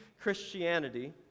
Christianity